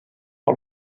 par